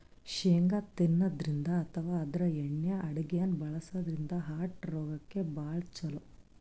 ಶೇಂಗಾ ತಿನ್ನದ್ರಿನ್ದ ಅಥವಾ ಆದ್ರ ಎಣ್ಣಿ ಅಡಗ್ಯಾಗ್ ಬಳಸದ್ರಿನ್ದ ಹಾರ್ಟ್ ರೋಗಕ್ಕ್ ಭಾಳ್ ಛಲೋ